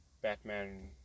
Batman